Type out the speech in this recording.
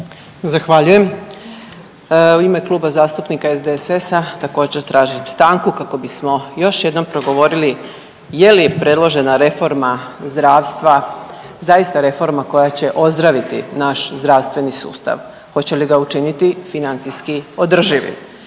Zahvaljujem. U ime Kluba zastupnika SDSS-a također tražim stanku kako bismo još jednom progovorili je li predložena reforma zdravstva zaista reforma koja će ozdraviti naš zdravstveni sustav, hoće li ga učiniti financijski održivim?